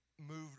moved